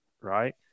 right